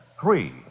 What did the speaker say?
Three